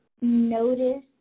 notice